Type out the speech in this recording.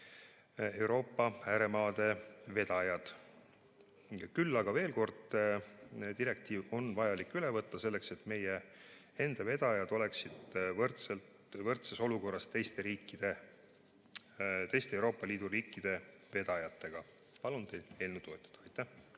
Euroopa ääremaade vedajad. Küll aga veel kord: direktiiv on vaja üle võtta selleks, et meie enda vedajad oleksid võrdses olukorras teiste Euroopa Liidu riikide vedajatega. Palun teid eelnõu toetada. Aitäh!